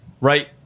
right